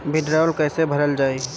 भीडरौल कैसे भरल जाइ?